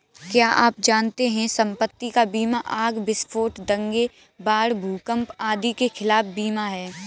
क्या आप जानते है संपत्ति का बीमा आग, विस्फोट, दंगे, बाढ़, भूकंप आदि के खिलाफ बीमा है?